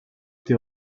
été